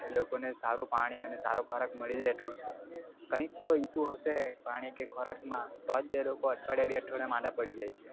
એ લોકોને સારું પાણી અને સારો ખોરાક મળી જ રહેતો હશે કંઈક તો ઈસ્યુ તો હશે જ પાણી કે ખોરાકમાં તો જ એ લોકો અઠવાડીયા બે અઠવાડિયા માંદા પડી જાય છે